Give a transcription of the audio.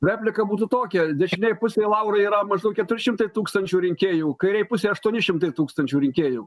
replika būtų tokia dešinėj pusėj laurai yra maždaug keturi šimtai tūkstančių rinkėjų kairėj pusėj aštuoni šimtai tūkstančių rinkėjų